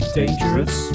dangerous